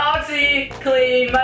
OxyClean